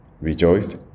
rejoiced